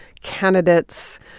candidates